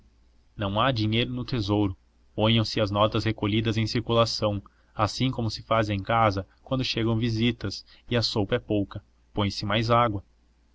não há dinheiro no tesouro ponham se as notas recolhidas em circulação assim como se faz em casa quando chegam visitas e a sopa é pouca põe-se mais água